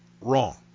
wrong